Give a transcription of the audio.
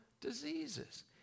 diseases